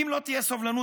אם לא תהיה סובלנות.